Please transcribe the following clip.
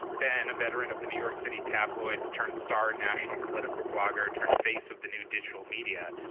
ben, a veteran of the new york city tabloids, turned star national political blogger, turned face of the new digital media,